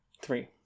Three